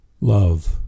love